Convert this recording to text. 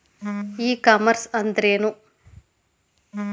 E commerce ಅಂದ್ರೇನು?